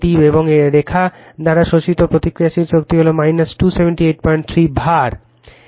এবং রেখা দ্বারা শোষিত প্রতিক্রিয়াশীল শক্তি হল 2783 var